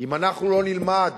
אם אנחנו לא נלמד,